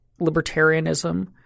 libertarianism